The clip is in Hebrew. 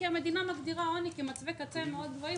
כי המדינה מגדירה עוני במצבי קצה מאוד גבוהים.